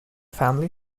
family